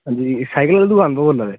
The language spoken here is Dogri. अंजी साइकल आह्लीी दुकान तूं बोला दे